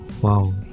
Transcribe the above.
wow